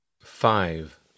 Five